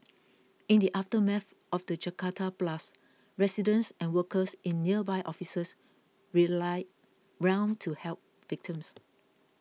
in the aftermath of the Jakarta blasts residents and workers in nearby offices rallied round to help victims